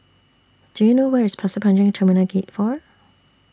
Do YOU know Where IS Pasir Panjang Terminal Gate four